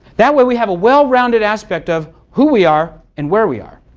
that way we have a well-rounded aspect of who we are, and where we are.